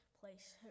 place